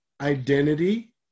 identity